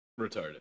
Retarded